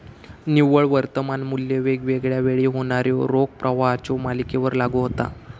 निव्वळ वर्तमान मू्ल्य वेगवेगळा वेळी होणाऱ्यो रोख प्रवाहाच्यो मालिकेवर लागू होता